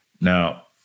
Now